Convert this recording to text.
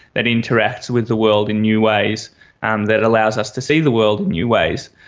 that interacts with the world in new ways and that allows us to see the world in new ways.